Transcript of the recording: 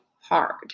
hard